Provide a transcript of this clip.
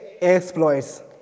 exploits